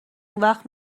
اونوقت